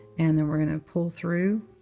and then we're going to pull through.